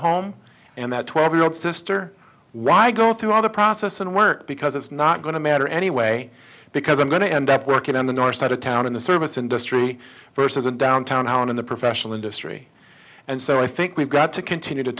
home and that twelve year old sister why go through all the process and work because it's not going to matter anyway because i'm going to end up working on the north side of town in the service industry versus a downtown in the professional industry and so i think we've got to continue to